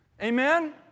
Amen